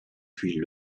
puis